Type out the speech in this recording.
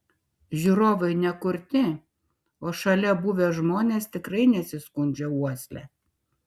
žiūrovai ne kurti o šalia buvę žmonės tikrai nesiskundžia uosle